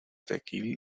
tequil